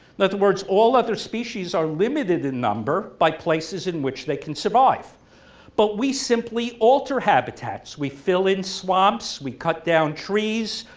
in other words all other species are limited in number by places in which they can survive but we simply alter habitats. we fill in swamps, we cut down trees,